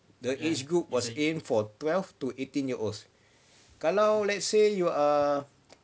the age group was aimed for twelve to eighteen year olds kalau let's say you err